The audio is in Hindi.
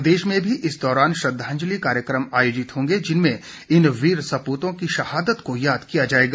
प्रदेश में भी इस दौरान श्रद्वाजलि कार्यकम आयोजित होंगे जिनमें इन वीर सपूतों की शहादत को याद किया जाएगा